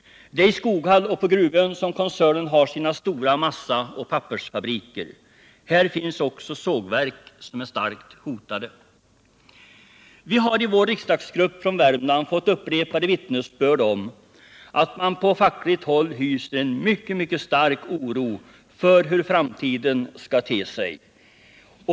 Det är i Skoghall och på Gruvön som koncernen har sina stora massaoch pappersfabriker. Här finns också sågverk som är starkt hotade. Vi har i vår riskdagsgrupp från Värmland fått upprepade vittnesbörd om att man på fackligt håll hyser mycket, mycket stark oro för hur framtiden skall te sig.